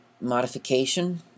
modification